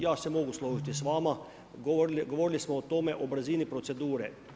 Ja se mogu složiti s vama, govorili smo o tome, o brzini procedure.